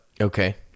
Okay